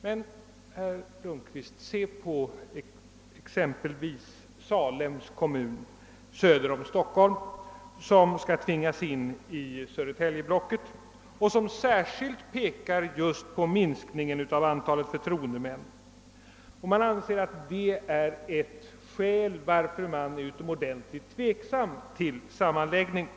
Se, statsrådet Lundkvist, exempelvis på Salems kommun söder om Stockholm, som skall tvingas in i Södertäljeblocket. Kommunen pekar särskilt på minskningen av antalet förtroendemän och anger att man av detta skäl är utomordentligt tveksam till sammanläggningen.